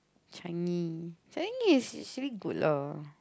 Changi Changi is actually good lah